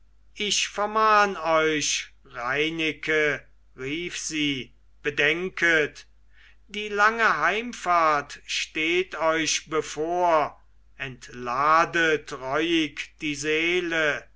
ich vermahn euch reineke rief sie bedenket die lange heimfahrt steht euch bevor entladet reuig die seele